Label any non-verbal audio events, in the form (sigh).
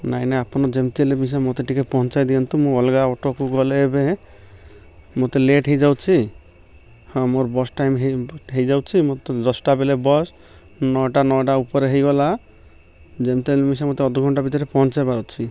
ନାଇଁ ନାଇଁ ଆପଣ ଯେମିତି ହେଲେ ବି ସେ ମୋତେ ଟିକେ ପହଞ୍ଚାଇ ଦିଅନ୍ତୁ ମୁଁ ଅଲଗା ଅଟୋକୁ ଗଲେ ଏବେ ମୋତେ ଲେଟ୍ ହେଇଯାଉଛି ହଁ ମୋର ବସ୍ ଟାଇମ୍ ହେଇ ହେଇଯାଉଛି ମୋତେ ଦଶଟା ବେଲେ ବସ୍ ନଅଟା ନଅଟା ଉପରେ ହେଇଗଲା ଯେମିତି ହେଲେ (unintelligible) ମୋତେ ଅଧଘଣ୍ଟା ଭିତରେ ପହଞ୍ଚାଇବା ଅଛି